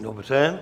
Dobře.